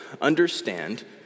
understand